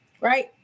right